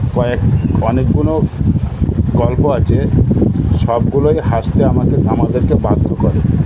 কয়েক অনেকগুনো গল্প আছে সবগুলোই হাসতে আমাকে আমাদেরকে বাধ্য করে